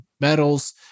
metals